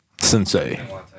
Sensei